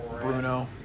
Bruno